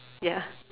ya